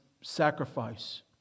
sacrifice